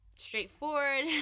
Straightforward